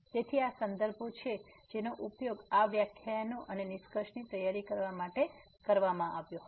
તેથી આ સંદર્ભો છે જેનો ઉપયોગ આ વ્યાખ્યાનો અને નિષ્કર્ષની તૈયારી માટે કરવામાં આવ્યો હતો